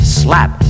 slap